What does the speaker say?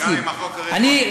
גם אם החוק רטרואקטיבי לארבע שנים.